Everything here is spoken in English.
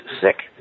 sick